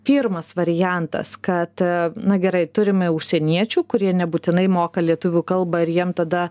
pirmas variantas kad na gerai turime užsieniečių kurie nebūtinai moka lietuvių kalbąir jiem tada